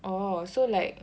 oh so like